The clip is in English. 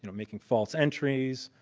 you know making false entries,